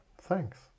Thanks